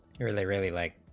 it really really like